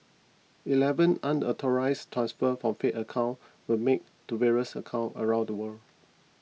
eleven unauthorised transfers from faith's account were made to various account around the world